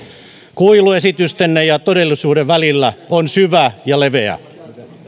kuilu esitystenne ja todellisuuden välillä on syvä ja leveä